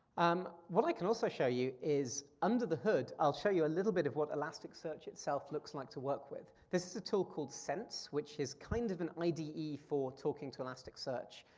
um what i can also show you is, under the hood i'll show you a little bit of what elasticsearch itself looks like to work with. this is a tool called sense which is kind of an ide for talking to elasticsearch.